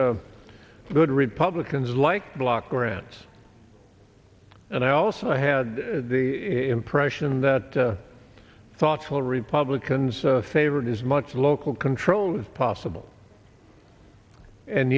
the good republicans like block grants and i also had the impression that thoughtful republicans favorite is much local control is possible and